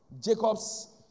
Jacob's